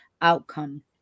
outcome